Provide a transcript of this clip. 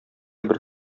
бер